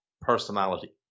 personality